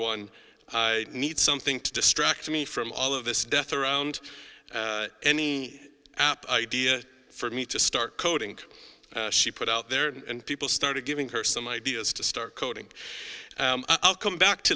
one i need something to distract me from all of this death around any idea for me to start coding she put out there and people started giving her some ideas to start coding i'll come back to